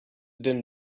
din